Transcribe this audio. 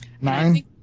Nine